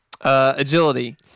Agility